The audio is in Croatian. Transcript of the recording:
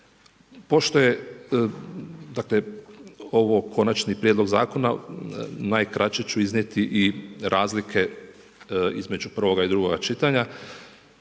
Pošto je ovo konačni prijedlog zakona, najkraće ću iznijeti i razlike između prvoga i drugoga čitanja.